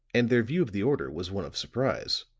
and their view of the order was one of surprise.